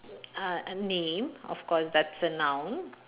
uh a name of course that's a noun